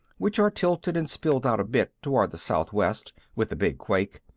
which are tilted and spilled out a bit toward the southwest with the big quake.